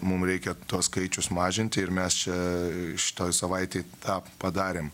mum reikia tuos skaičius mažinti ir mes čia šitoj savaitėj tą padarėm